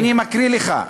ואני מקריא לך: